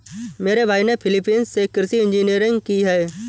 मेरे भाई ने फिलीपींस से कृषि इंजीनियरिंग की है